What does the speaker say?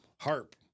Harp